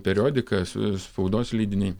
periodika spaudos leidiniai